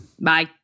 Bye